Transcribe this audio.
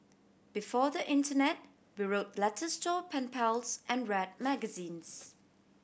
before the internet we wrote letters to our pen pals and read magazines